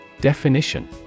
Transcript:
Definition